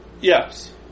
Yes